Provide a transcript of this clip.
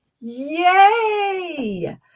Yay